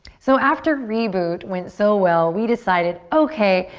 so after reboot went so well we decided, okay,